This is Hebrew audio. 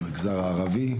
מהמגזר הערבי,